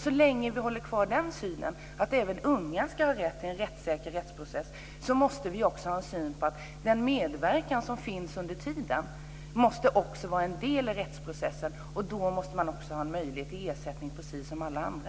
Så länge vi håller kvar den här synen att även unga ska ha en rättssäker rättsprocess måste vi också ha en syn att den medverkan som sker under tiden måste vara en del i rättsprocessen, och då måste man också ha möjlighet till ersättning, precis som alla andra.